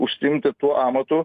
užsiimti tuo amatu